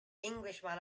englishman